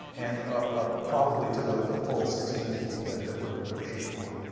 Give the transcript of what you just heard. and ah probably to the full sixteen feet that that we're shooting for.